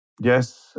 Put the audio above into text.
Yes